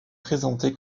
présenté